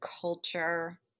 culture